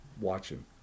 watching